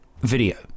video